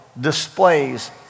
displays